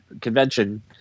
convention